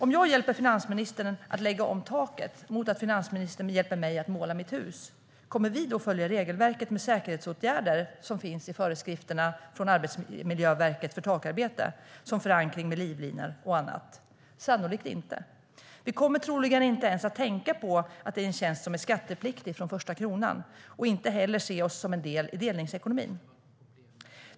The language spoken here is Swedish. Om jag hjälper finansministern att lägga om taket mot att finansministern hjälper mig att måla mitt hus, kommer vi då att följa regelverket med säkerhetsåtgärder som finns i Arbetsmiljöverkets föreskrifter om takarbete, med förankring med livlinor och annat? Sannolikt inte. Vi kommer troligen inte ens tänka på att det är en tjänst som är skattepliktig från första kronan och inte heller se oss som en del i delningsekonomin.